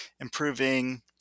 improving